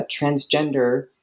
transgender